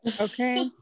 Okay